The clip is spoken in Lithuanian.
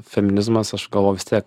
feminizmas aš galvoju vis tiek